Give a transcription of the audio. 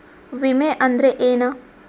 ವಿಮೆ ಅಂದ್ರೆ ಏನ?